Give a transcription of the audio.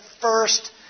first